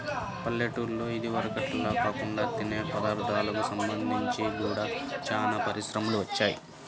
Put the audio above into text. పల్లెటూల్లలో ఇదివరకటిల్లా కాకుండా తినే పదార్ధాలకు సంబంధించి గూడా చానా పరిశ్రమలు వచ్చాయ్